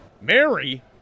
Mary